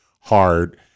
hard